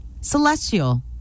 Celestial